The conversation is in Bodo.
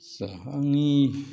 जा आंनि